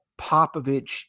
Popovich